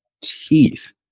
teeth